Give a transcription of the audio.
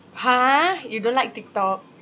!huh! you don't like tiktok